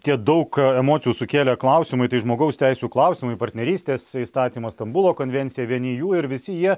tie daug emocijų sukėlę klausimai tai žmogaus teisių klausimai partnerystės įstatymas stambulo konvencija vieni jų ir visi jie